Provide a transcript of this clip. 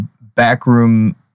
backroom